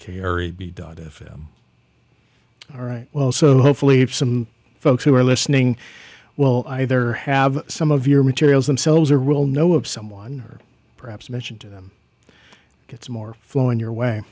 i'm all right well so hopefully if some folks who are listening well either have some of your materials themselves or we'll know of someone or perhaps mention to them it's more flowing your way